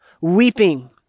weeping